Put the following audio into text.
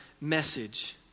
message